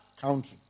country